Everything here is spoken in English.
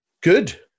good